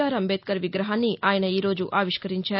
are Ambedkar విగ్రహాన్ని ఆయన ఈ రోజు ఆవిష్కరించారు